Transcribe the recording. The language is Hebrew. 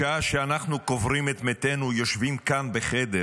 בשעה שאנחנו קוברים את מתינו, יושבים כאן בחדר